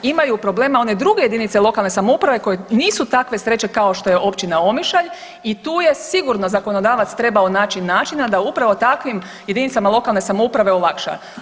Imaju problema one druge jedinice lokalne samouprave koje nisu takve sreće kao što je općina Omišalj i tu je sigurno zakonodavac trebao naći načina da upravo takvim jedinicama lokalne samouprave olakša.